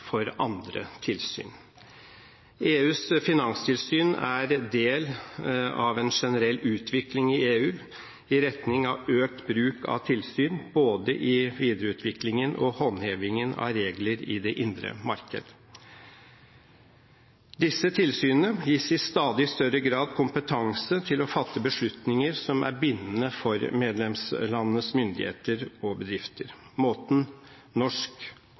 for andre tilsyn. EUs finanstilsyn er en del av en generell utvikling i EU i retning av økt bruk av tilsyn i både videreutviklingen og håndhevingen av regler i det indre marked. Disse tilsynene gis i stadig større grad kompetanse til å fatte beslutninger som er bindende for medlemslandenes myndigheter og bedrifter. Måten norsk